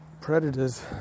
predators